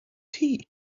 tea